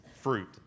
Fruit